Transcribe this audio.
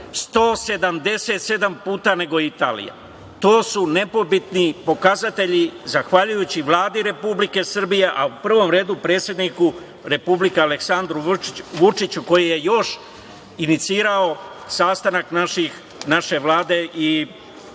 177 puta nego Italija. To su nepobitni pokazatelji, zahvaljujući Vladi Republike Srbije, a u prvom redu predsedniku Republike Aleksandru Vučiću koji je još inicirao sastanak naše Vlade i našeg